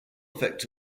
effect